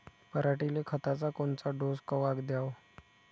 पऱ्हाटीले खताचा कोनचा डोस कवा द्याव?